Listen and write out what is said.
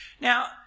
Now